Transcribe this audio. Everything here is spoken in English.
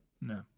No